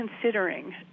considering